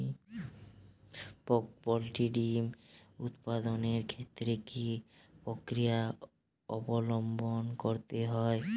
Poultry ডিম উৎপাদনের ক্ষেত্রে কি পক্রিয়া অবলম্বন করতে হয়?